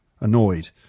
annoyed